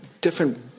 different